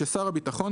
ששר הביטחון,